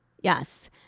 Yes